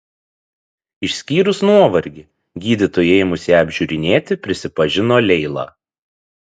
išskyrus nuovargį gydytojui ėmus ją apžiūrinėti prisipažino leila